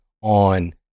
on